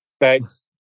Thanks